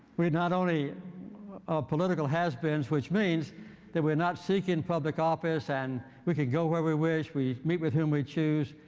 we're not only are political has beens, which means that we're not seeking public office and we can go where we wish. we meet with whom we choose.